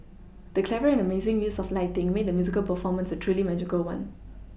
the clever and amazing use of lighting made the musical performance a truly magical one